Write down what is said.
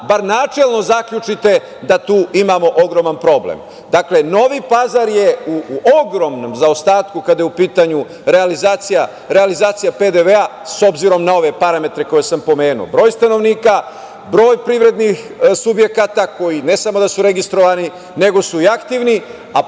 bar načelno zaključite da tu imamo ogroman problem. Novi Pazar je u ogromnom zaostatku kada je u pitanju realizacija PDV-a, s obzirom na ove parametre koje sam pomenuo, broj stanovnika, broj privrednih subjekata, koji ne samo da su registrovani, nego su i aktivni,